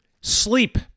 Sleep